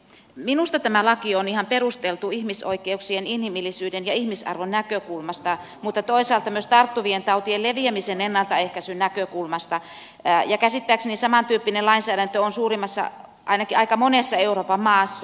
minusta tämä laki on ihan perusteltu ihmisoikeuksien inhimillisyyden ja ihmisarvon näkökulmasta mutta toisaalta myös tarttuvien tautien leviämisen ennaltaehkäisyn näkökulmasta ja käsittääkseni samantyyppinen lainsäädäntö on ainakin aika monessa euroopan maassa